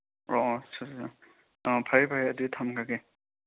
ꯑꯣ ꯑꯣ ꯑꯣ ꯐꯔꯦ ꯐꯔꯦ ꯑꯗꯨꯗꯤ ꯊꯝꯈ꯭ꯔꯒꯦ